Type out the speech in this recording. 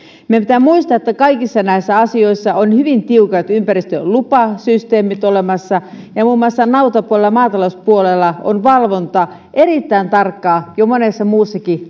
meidän pitää muistaa että kaikissa näissä asioissa on hyvin tiukat ympäristölupasysteemit olemassa ja muun muassa nautapuolella maatalouspuolella on valvonta erittäin tarkkaa jo monessa muussakin